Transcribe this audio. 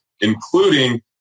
including